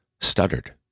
stuttered